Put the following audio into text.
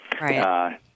Right